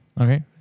okay